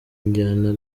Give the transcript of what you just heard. njyana